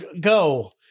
go